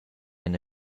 ina